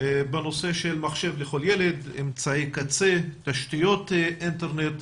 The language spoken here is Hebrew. בנושא של מחשב לכל ילד אמצעי קצה ותשתיות אינטרנט,